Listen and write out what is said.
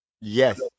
Yes